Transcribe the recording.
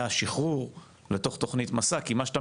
מהשחרור לתוך תוכנית "מסע" כי מה שאתה